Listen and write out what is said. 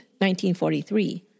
1943